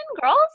girls